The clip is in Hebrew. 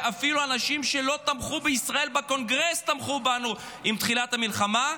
ואפילו אנשים שלא תמכו בישראל בקונגרס תמכו בנו עם תחילת המלחמה,